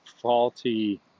faulty